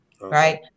right